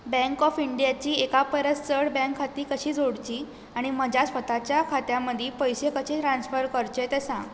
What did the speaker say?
bank of इंडियाचीं एका परस चड बँक खातीं कशीं जोडचीं आणी म्हज्या स्वताच्या खात्यां मदीं पयशे कशें ट्रान्सफर करचे तें सांग